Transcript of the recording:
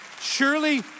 Surely